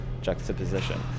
juxtaposition